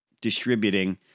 distributing